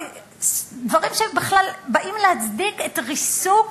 דברים שבכלל באים להצדיק את ריסוק,